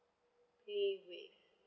pay wave